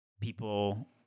people